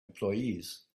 employees